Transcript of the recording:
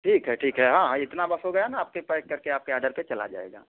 ठीक है ठीक है हाँ इतना बस हो गया ना आपके पैक करके आपके ऑर्डर पर चला जाएगा